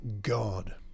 God